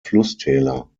flusstäler